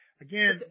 Again